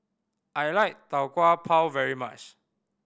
I like Tau Kwa Pau very much